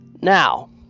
Now